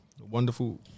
wonderful